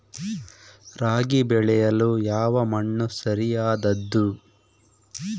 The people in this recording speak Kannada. ರಾಗಿ ಬೆಳೆಯಲು ಯಾವ ಮಣ್ಣು ಸರಿಯಾದದ್ದು?